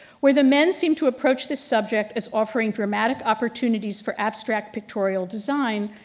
where the men seem to approach this subject is offering dramatic opportunities for abstract pictorial design,